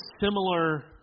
similar